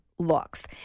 looks